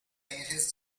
his